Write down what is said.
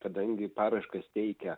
kadangi paraiškas teikia